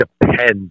depends